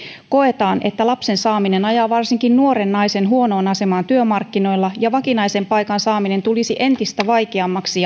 koetaan että lapsen saaminen ajaa varsinkin nuoren naisen huonoon asemaan työmarkkinoilla ja vakinaisen paikan saaminen tulisi entistä vaikeammaksi